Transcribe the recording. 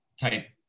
type